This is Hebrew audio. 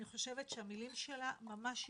אני חושבת שהמילים שלה ממש יפות,